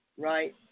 Right